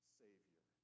savior